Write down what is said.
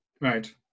right